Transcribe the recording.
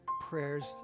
prayers